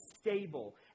stable